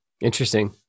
Interesting